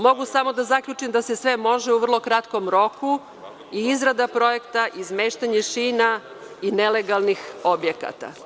Mogu samo da zaključim da se sve može u vrlo kratkom roku i izrada projekta i izmeštanje šina i nelegalnih objekata.